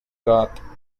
god